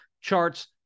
charts